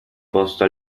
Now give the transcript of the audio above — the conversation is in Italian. posto